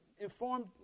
informed